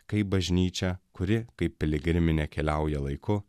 kaip bažnyčia kuri kaip piligriminė keliauja laiku